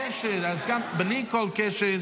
עדיין, זה לא שר.